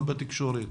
גם בתקשורת,